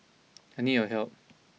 I need your help